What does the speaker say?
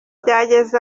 byageze